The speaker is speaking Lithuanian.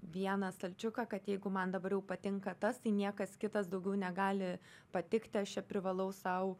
vieną stalčiuką kad jeigu man dabar jau patinka tas tai niekas kitas daugiau negali patikti aš čia privalau sau